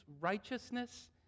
righteousness